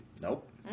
Nope